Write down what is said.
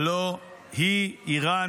הלוא היא איראן,